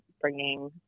bringing